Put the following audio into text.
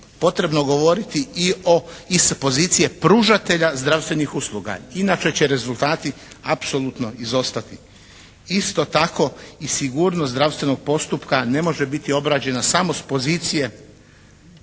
potrebno govoriti i s pozicije pružatelja zdravstvenih usluga inače će rezultati apsolutno izostati. Isto tako i sigurnost zdravstvenog postupka ne može biti obrađena samo s pozicije